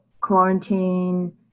quarantine